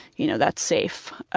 you know, that's safe.